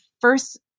first